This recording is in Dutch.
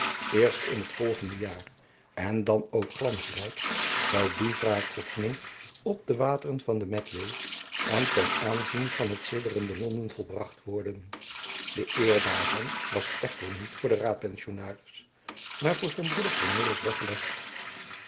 eerst in t volgende jaar en dan ook glansrijk zoû die wraakneming op de wateren der medway en ten aanzien van t sidderende londen volbracht worden de eer daarvan was echter niet voor den raadpensionaris maar voor zijn broeder kornelis weggelegd